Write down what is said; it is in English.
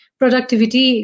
productivity